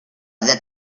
that